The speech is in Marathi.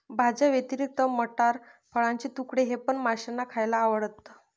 भाज्यांव्यतिरिक्त मटार, फळाचे तुकडे हे पण माशांना खायला आवडतं